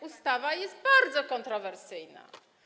Ustawa jest bardzo kontrowersyjna.